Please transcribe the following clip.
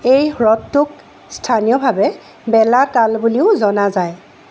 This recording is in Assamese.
এই হ্ৰদটোক স্থানীয়ভাৱে বেলা তাল বুলিও জনা যায়